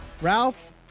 Ralph